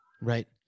right